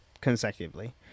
consecutively